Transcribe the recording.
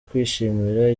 kwishimira